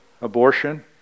Abortion